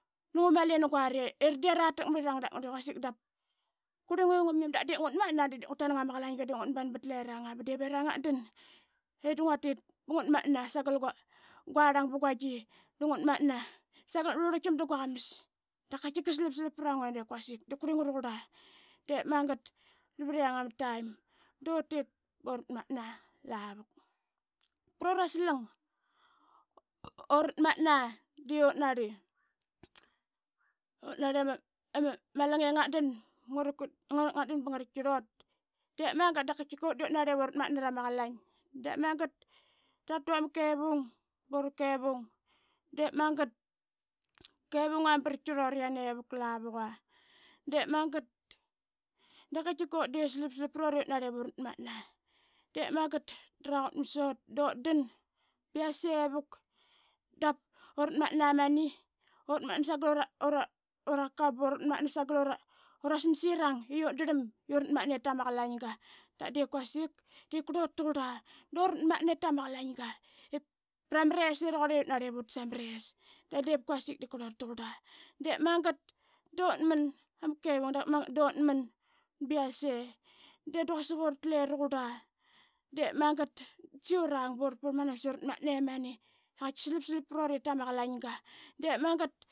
Ba ngu mali na guari iratak marirang da ngua de quasik da de ngutmatan da diip ngu tanang ama qalainga vat lirang ba divirang ngat dan. De da nguatit ba ngut matna sagal gua arlang ba guagi i ngut matna sagal ngat ba rlurluitam da guaqamas da guaqamas da qaitkik da qaitkik slap slap prangua i de quasik de diip qurlingaua. De magat da vriana ama taim dutit bura kevang de magat dama qaqat tatkiarlut yanivuk. De magat da ra qutmas ut dut man ba i asevuk durat matna sagal ura kakau. burat matna sagal ura smas irang i ut drlam i urat mat na rama qalainga da diip kuasik de diip qurlut taqurla. Dura atmatna rama qalainga iranarlip utas ama res da de quasik de diip qurlut taqurla. De magat dutman i ama kevang dut man ba yase de da quasik uratle raqurla. De magat da sagi urang bura purlmanas i urat matna imani i qaitki slap slap prut ip tama qalainga dep magat.